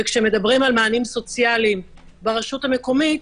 וכשמדברים על מענים סוציאליים ברשות המקומית,